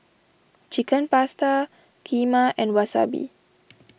Chicken Pasta Kheema and Wasabi